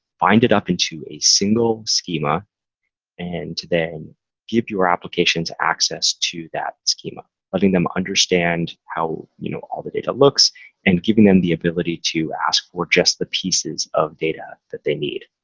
bind it up into a single schema and then give your applications access to that schema. letting them understand how you know all the data looks and giving them the ability to ask for just the pieces of data that they need.